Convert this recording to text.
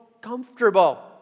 comfortable